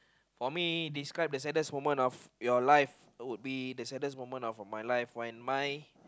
for me describe the saddest moment of your life would be the saddest moment of my life when my